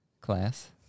class